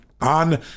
On